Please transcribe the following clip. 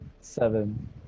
Seven